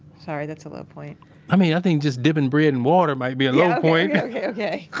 sorry. that's a low point i mean, i think just dippin' bread in water might be a low point yeah, okay, okay,